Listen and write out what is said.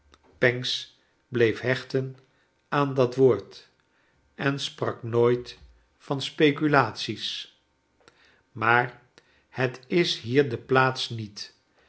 pancks bleef hechten aan dat woord en sprak nooit van speculaties maar het is hier de plaa ts niet